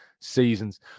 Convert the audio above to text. seasons